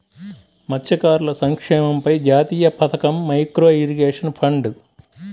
మత్స్యకారుల సంక్షేమంపై జాతీయ పథకం, మైక్రో ఇరిగేషన్ ఫండ్